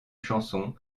chanson